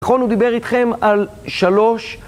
נכון, הוא דיבר איתכם על שלוש...